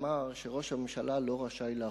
אמר שראש הממשלה לא רשאי להחריש,